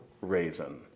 raisin